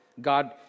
God